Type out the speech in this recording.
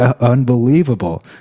unbelievable